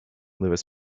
louis